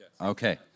Okay